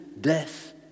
death